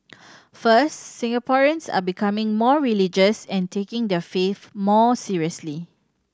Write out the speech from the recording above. first Singaporeans are becoming more religious and taking their faith more seriously